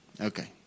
Okay